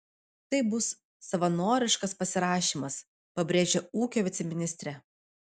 tai bus savanoriškas pasirašymas pabrėžia ūkio viceministrė